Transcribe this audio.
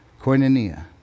koinonia